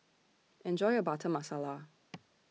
Enjoy your Butter Masala